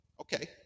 okay